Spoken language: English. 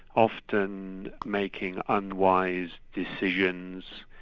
often making unwise decisions,